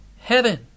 heaven